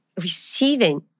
receiving